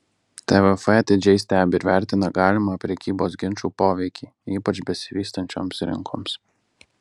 tvf atidžiai stebi ir vertina galimą prekybos ginčų poveikį ypač besivystančioms rinkoms